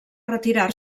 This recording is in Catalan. retirar